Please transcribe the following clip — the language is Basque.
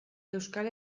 euskal